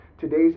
Today's